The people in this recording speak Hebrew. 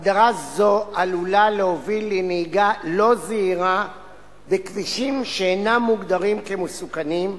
הגדרה זו עלולה להוביל לנהיגה לא זהירה בכבישים שאינם מוגדרים כמסוכנים,